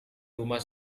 rumah